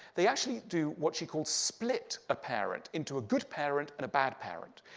they actually do what she called split a parent into a good parent and a bad parent.